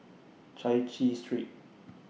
Chai Chee Street